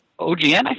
OGN